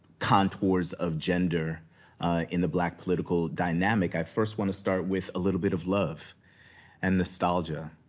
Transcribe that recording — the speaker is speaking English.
contours of gender in the black, political dynamic, i first want to start with a little bit of love and nostalgia.